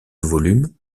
volumes